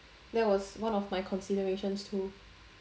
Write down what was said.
that was one of my considerations too